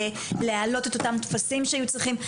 להעלות את אותם טפסים שהיו צריכים.